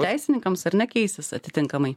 teisininkams ar ne keisis atitinkamai